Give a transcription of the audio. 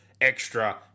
extra